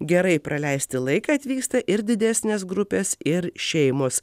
gerai praleisti laiką atvyksta ir didesnės grupės ir šeimos